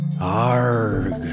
Arg